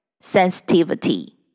Sensitivity